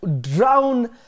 drown